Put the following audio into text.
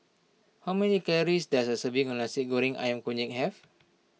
how many does a serving of Nasi Goreng Ayam Kunyit have